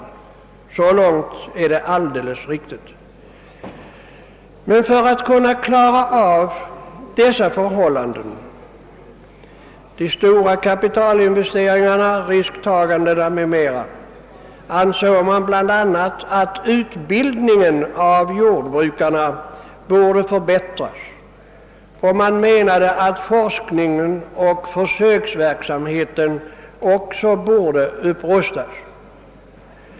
— Så långt är allt riktigt. Men för att man skulle kunna klara de stora kapitalinvesteringarna, risktagandena o. s. v. borde, ansågs det, utbildningen av jord brukarna förbättras och forskningen och försöksverksamheten upprustas.